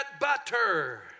butter